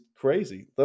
crazy